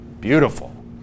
Beautiful